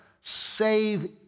save